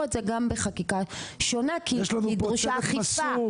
את זה גם בחקיקה שונה כי דרושה אכיפה,